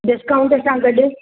discount सां गॾु